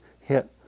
hit